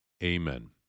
Amen